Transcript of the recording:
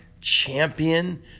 champion